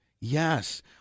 Yes